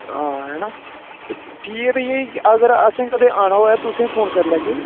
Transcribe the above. हां है नां ठीक ऐ फ्ही अगर असें कदें आना होऐ ते तुसें गी फोन करी लैगै